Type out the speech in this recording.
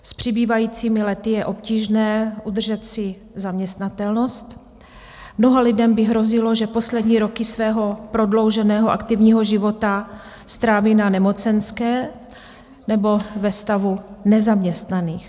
S přibývajícími lety je obtížné udržet si zaměstnatelnost, mnoha lidem by hrozilo, že poslední roky svého prodlouženého aktivního života stráví na nemocenské nebo ve stavu nezaměstnaných.